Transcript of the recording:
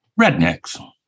Rednecks